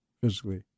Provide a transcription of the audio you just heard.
physically